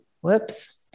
whoops